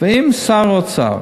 אם שר האוצר,